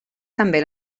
també